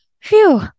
Phew